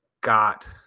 got